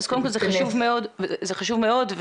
זה חשוב מאוד.